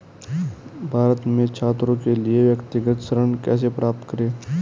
भारत में छात्रों के लिए व्यक्तिगत ऋण कैसे प्राप्त करें?